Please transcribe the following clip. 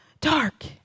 dark